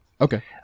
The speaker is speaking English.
Okay